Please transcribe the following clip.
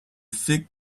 fig